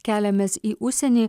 keliamės į užsienį